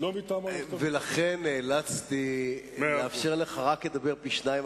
ולכן נאלצתי לאפשר לך לדבר רק פי-שניים